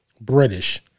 British